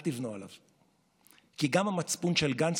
זה דבר עוד יותר חמור, כי השר הוא בזיקה